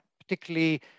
particularly